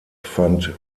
fand